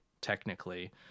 technically